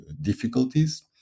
difficulties